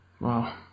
Wow